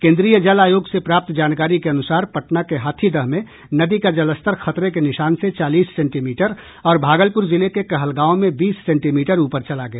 केन्द्रीय जल आयोग से प्राप्त जानकारी के अनुसार पटना के हाथीदह में नदी का जलस्तर खतरे के निशान से चालीस सेंटीमीटर और भागलपुर जिले के कहलगांव में बीस सेंटीमीटर ऊपर चला गया